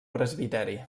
presbiteri